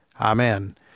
amen